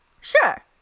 Sure